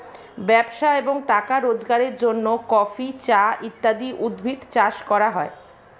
ব্যবসা এবং টাকা রোজগারের জন্য কফি, চা ইত্যাদি উদ্ভিদ চাষ করা হয়